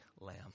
lamb